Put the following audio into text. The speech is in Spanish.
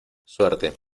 suerte